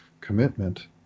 commitment